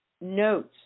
notes